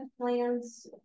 plans